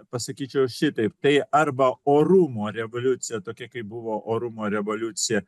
pasakyčiau šitaip tai arba orumo revoliucija tokia kaip buvo orumo revoliucija